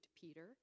Peter